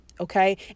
Okay